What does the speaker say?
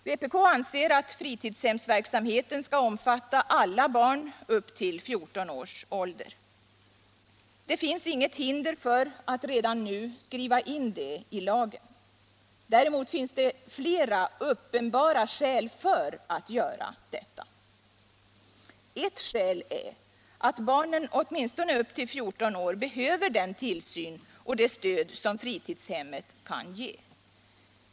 Vpk anser att fritidsverksamheten skall omfatta alla barn upp till 14 års ålder. Det finns inget hinder för att redan nu skriva in det i lagen. Däremot finns det flera uppenbara skäl för att göra detta. Ett skäl är att barnen åtminstone upp till 14 år behöver den tillsyn och det stöd som fritidshemmet kan ge.